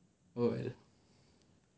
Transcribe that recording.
oh ya